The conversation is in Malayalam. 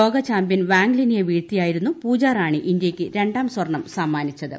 ലോകചാമ്പ്യൻ വാങ് ലിനയെ വീഴ്ത്തിയായിരുന്നു പൂജാ റാണി ഇന്ത്യക്ക് രണ്ടാം സ്വർണം സമ്മാനിച്ചത്